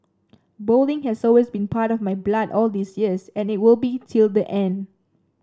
bowling has always been part of my blood all these years and it will be till the end